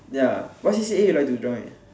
ya what C_C_A you like to join